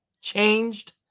Changed